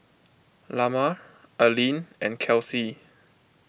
Lamar Aleen and Kelcie